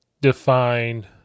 define